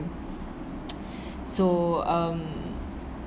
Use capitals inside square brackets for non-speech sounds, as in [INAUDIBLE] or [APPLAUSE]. [NOISE] so um